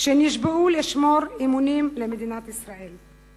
שנשבעו לשמור אמונים למדינת ישראל.